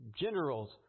generals